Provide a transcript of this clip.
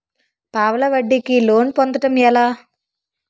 పావలా వడ్డీ కి లోన్ పొందటం ఎలా?